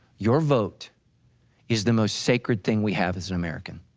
your vote is the most sacred thing we have as america.